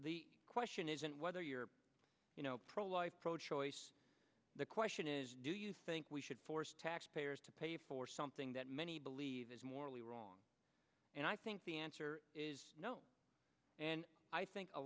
the question isn't whether you're pro life pro choice the question is do you think we should force taxpayers to pay for something that many believe is morally wrong and i think the answer and i think a